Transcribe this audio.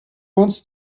wants